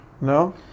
No